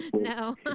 No